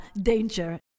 danger